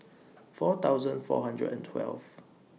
four thousand four hundred and twelve